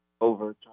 over